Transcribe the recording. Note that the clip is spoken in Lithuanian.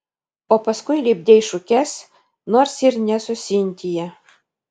o paskui lipdei šukes nors ir ne su sintija